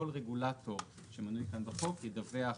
כל רגולטור שמנוי כאן בחוק ידווח,